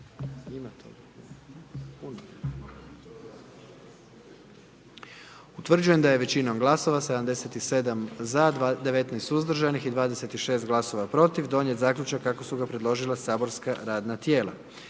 Utvrđujem da je većinom glasova 78 za i 1 suzdržan i 20 protiv donijet zaključak kako ga je predložilo matično saborsko radno tijelo.